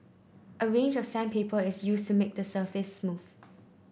a range of sandpaper is used to make the surface smooth